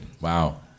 Wow